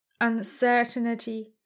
uncertainty